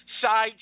side